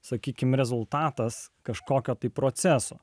sakykime rezultatas kažkokio tai proceso